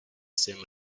same